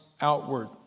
outward